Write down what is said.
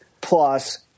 plus